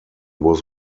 was